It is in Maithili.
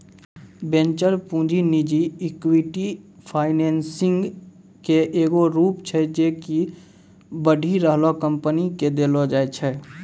वेंचर पूंजी निजी इक्विटी फाइनेंसिंग के एगो रूप छै जे कि बढ़ि रहलो कंपनी के देलो जाय छै